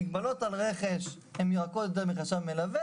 מגבלות על רכש הן רכות יותר מחשב מלווה